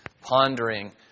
pondering